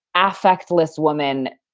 affectless woman,